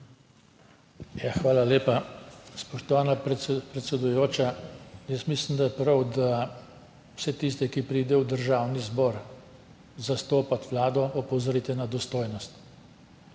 Hvala lepa, spoštovana predsedujoča. Mislim, da je prav, da vse tiste, ki pridejo v Državni zbor zastopat Vlado, opozorite na dostojnost.